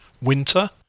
winter